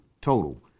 total